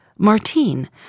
Martine